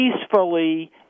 peacefully